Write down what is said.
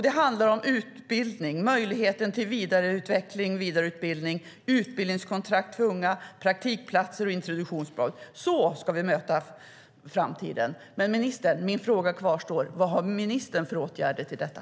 Det handlar om utbildning, möjlighet till vidareutveckling och vidareutbildning, utbildningskontrakt för unga, praktikplatser och introduktionsprogram. Så ska vi möta framtiden. Min fråga kvarstår: Vad har ministern för åtgärder mot detta?